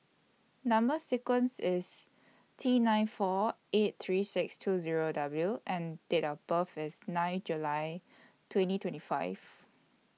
Number sequence IS T nine four eight three six two Zero W and Date of birth IS nine July twenty twenty five